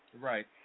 Right